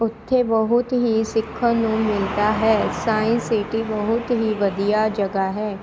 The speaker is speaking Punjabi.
ਉੱਥੇ ਬਹੁਤ ਹੀ ਸਿੱਖਣ ਨੂੰ ਮਿਲਦਾ ਹੈ ਸਾਇੰਸ ਸਿਟੀ ਬਹੁਤ ਹੀ ਵਧੀਆ ਜਗ੍ਹਾ ਹੈ